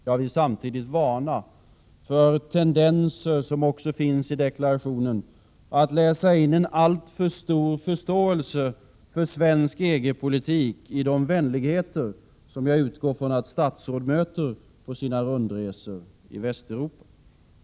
Jag vill samtidigt varna för tendenser, som också finns i deklarationen, att läsa in en alltför stor förståelse för svensk EG-politik i de vänligheter som jag utgår från att statsråd möter på sina rundresor i Västeuropa.